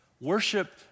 worship